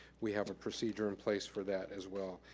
we have procedure in place for that as well.